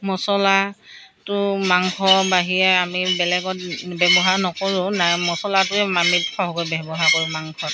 মছলাটো মাংস বাহিৰে আমি বেলেগত ব্যৱহাৰ নকৰোঁ নাই মছলটোৱে আমি সৰহকৈ ব্যৱহাৰ কৰোঁ মাংসত